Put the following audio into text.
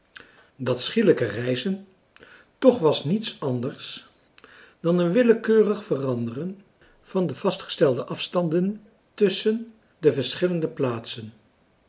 dat schielijke reizen toch was niets anders dan een willekeurig veranderen van de vastgestelde afstanden tusschen de verschillende plaatsen